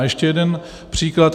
A ještě jeden příklad.